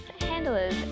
handlers